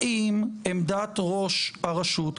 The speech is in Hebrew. האם עמדת ראש הרשות,